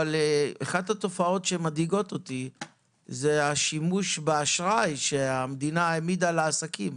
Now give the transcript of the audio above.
אחת התופעות שמדאיגות אותי היא השימוש באשראי שהמדינה העמידה לעסקים.